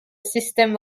system